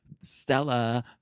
Stella